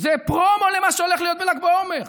זה פרומו למה שהולך להיות בל"ג בעומר.